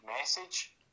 message